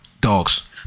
Dogs